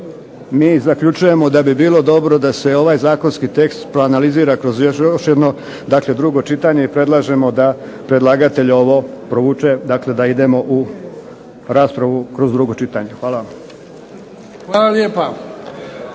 mi zaključujemo da bi bilo dobro da se ovaj zakonski tekst proanalizira kroz još jedno dakle drugo čitanje i predlažemo da predlagatelj ovo provuče, dakle da idemo u raspravu kroz drugo čitanje. Hvala vam.